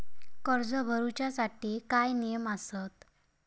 कर्ज भरूच्या साठी काय नियम आसत?